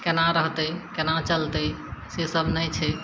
केना रहतय केना चलतय से सभ नहि छै